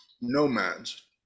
nomads